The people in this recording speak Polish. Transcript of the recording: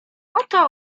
oto